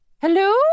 Hello